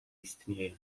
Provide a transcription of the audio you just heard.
istnieje